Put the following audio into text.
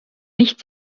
nicht